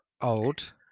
Old